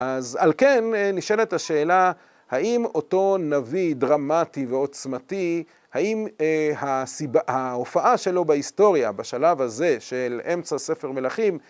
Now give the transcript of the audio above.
‫אז על כן נשאלת השאלה, ‫האם אותו נביא דרמטי ועוצמתי, ‫האם הסיבה, ההופעה שלו בהיסטוריה ‫בשלב הזה של אמצע ספר מלכים